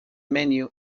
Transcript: menu